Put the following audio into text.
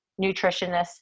nutritionist